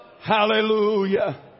Hallelujah